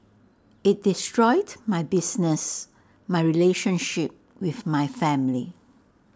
IT destroyed my business my relationship with my family